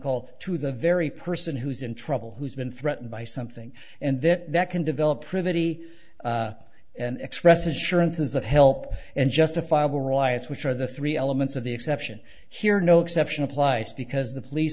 call to the very person who's in trouble who's been threatened by something and then that can develop privity and express assurances of help and justifiable riots which are the three elements of the exception here no exception applies because the police